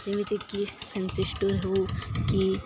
ଯେମିତିକି fancy store ହଉ କି